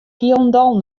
hielendal